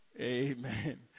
amen